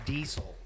Diesel